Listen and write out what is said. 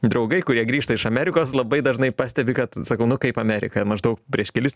draugai kurie grįžta iš amerikos labai dažnai pastebi kad sakau nu kaip amerika maždaug prieš kelis